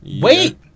Wait